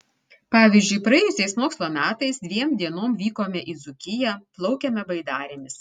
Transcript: pavyzdžiui praėjusiais mokslo metais dviem dienom vykome į dzūkiją plaukėme baidarėmis